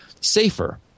Safer